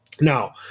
Now